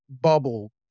bubble